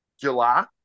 July